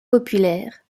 populaires